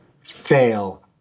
fail